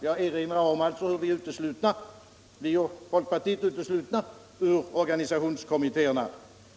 Jag erinrar om att vi — och folkpartiet — är uteslutna från organisationskommittéerna.